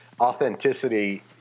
authenticity